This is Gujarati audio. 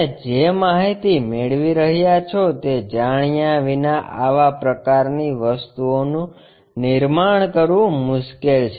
તમે જે માહિતી મેળવી રહ્યા છો તે જાણ્યા વિના આવા પ્રકારની વસ્તુઓનું નિર્માણ કરવું મુશ્કેલ છે